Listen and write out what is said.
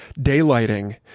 daylighting